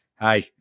hey